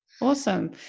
Awesome